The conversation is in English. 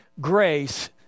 grace